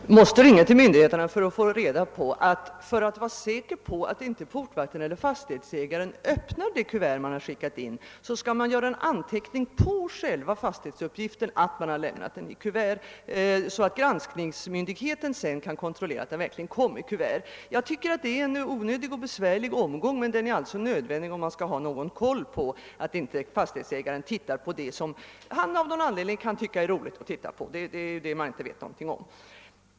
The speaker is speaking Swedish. Herr talman! Beträffande frågan om kuverten vill jag bara upprepa vad jag tidigare sade, nämligen att man måste ringa till myndigheterna för att få reda på att man, för att vara säker på att inte portvakten eller fastighetsägaren skulle öppna det kuvert man lämnat in, måste göra en anteckning på bostadsuppgiften om att den ingivits inlagd i kuvert. Då kan granskningsmyndigheten kontrollera att den också kommit myndigheten till handa på detta sätt. Det är en besvärlig omgång, som emellertid är nödvändig för att det skall finnas någon kontroll över att inte fastighetsägaren tagit en titt i de uppgifter som han av någon anledning är intresserad av att se.